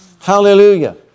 Hallelujah